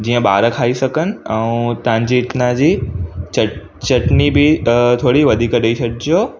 जीअं ॿार खाई सघनि ऐं तव्हांजे हितां जी चट चटनी बि थोरी वधीक ॾेई छॾिजो